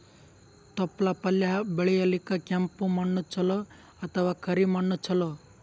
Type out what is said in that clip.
ತೊಪ್ಲಪಲ್ಯ ಬೆಳೆಯಲಿಕ ಕೆಂಪು ಮಣ್ಣು ಚಲೋ ಅಥವ ಕರಿ ಮಣ್ಣು ಚಲೋ?